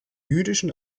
jüdischen